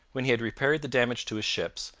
when he had repaired the damage to his ships,